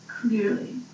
clearly